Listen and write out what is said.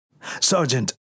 Sergeant